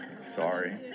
Sorry